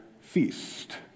feast